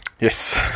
Yes